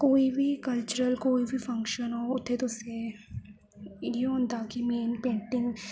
कोई बी कल्चरल कोई बी फंक्शन होग उ'त्थें तुसें इ'यै होंदा कि मेन पेंटिंग